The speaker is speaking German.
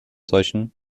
solchen